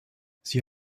sie